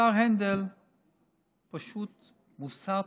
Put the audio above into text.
השר הנדל פשוט מוסת.